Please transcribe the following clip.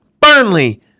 Burnley